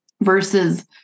versus